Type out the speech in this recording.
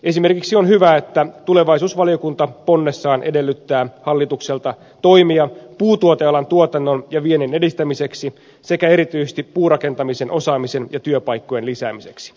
esimerkiksi on hyvä että tulevaisuusvaliokunta ponnessaan edellyttää hallitukselta toimia puutuotealan tuotannon ja viennin edistämiseksi sekä erityisesti puurakentamisen osaamisen ja työpaikkojen lisäämiseksi